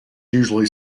usually